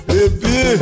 Baby